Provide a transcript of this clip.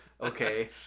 okay